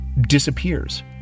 disappears